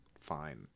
fine